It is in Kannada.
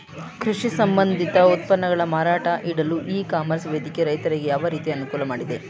ಕೃಷಿ ಸಂಬಂಧಿತ ಉತ್ಪನ್ನಗಳ ಮಾರಾಟ ಮಾಡಲು ಇ ಕಾಮರ್ಸ್ ವೇದಿಕೆ ರೈತರಿಗೆ ಯಾವ ರೀತಿ ಅನುಕೂಲ ನೀಡಿದೆ?